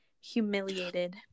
humiliated